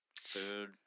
food